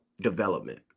development